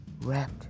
wrapped